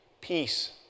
peace